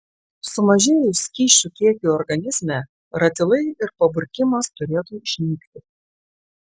sumažėjus skysčių kiekiui organizme ratilai ir paburkimas turėtų išnykti